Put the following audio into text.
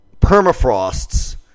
permafrosts